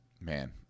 man